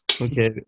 Okay